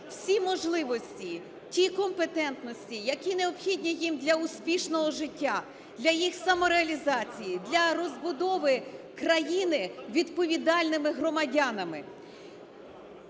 всі можливості, ті компетентності, які необхідні їм для успішного життя, для їх самореалізації, для розбудови країни відповідальними громадянами.